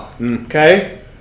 Okay